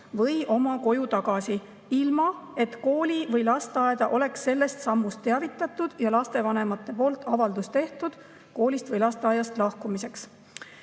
või oma koju tagasi, ilma et kooli või lasteaeda oleks sellest sammust teavitatud ja lastevanemate poolt avaldus tehtud koolist või lasteaiast lahkumiseks.